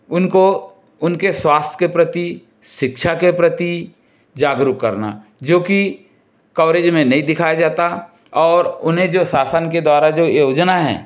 उनको उनके स्वस्थ्य के प्रति शिक्षा के प्रति जागरूक करना जो की कवरेज में नहीं दिखाया जाता और उन्हें जो शासन के द्वारा जो योजना है